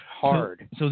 Hard